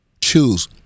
Choose